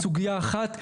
סוגייה אחת,